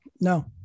No